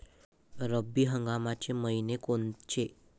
रब्बी हंगामाचे मइने कोनचे?